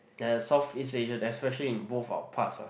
Southeast Asia especially in both our parts ah